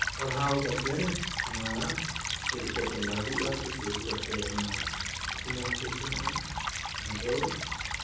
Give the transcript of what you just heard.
ᱯᱟᱲᱦᱟᱣ ᱠᱟᱛᱮᱫ ᱚᱱᱟ ᱪᱮᱫ ᱞᱮᱠᱟᱛᱮ ᱞᱟᱹᱜᱩᱜᱼᱟ ᱥᱮ ᱪᱮᱫ ᱞᱮᱠᱟᱛᱮ ᱚᱱᱟ ᱴᱷᱮᱱ ᱥᱮᱱᱚᱜᱼᱟ ᱚᱱᱟᱫᱚ